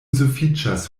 sufiĉas